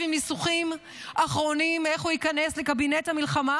עם ניסוחים אחרונים איך הוא ייכנס לקבינט המלחמה?